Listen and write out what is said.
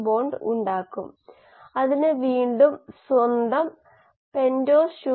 1987 ൽ ഇത് ഒരു കെമിക്കൽ എഞ്ചിനീയറിംഗ് ജേണലിൽ പ്രസിദ്ധീകരിച്ചു